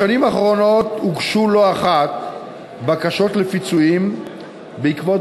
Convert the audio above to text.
בשנים האחרונות הוגשו לא אחת בקשות לפיצויים בעקבות